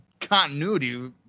continuity